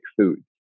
food